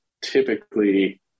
typically